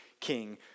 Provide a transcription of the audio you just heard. king